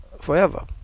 forever